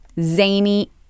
zany